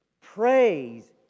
Praise